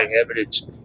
evidence